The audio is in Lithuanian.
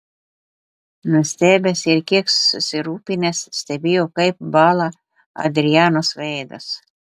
nustebęs ir kiek susirūpinęs stebėjo kaip bąla adrianos veidas